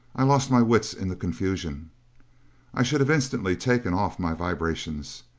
i lost my wits in the confusion i should have instantly taken off my vibrations.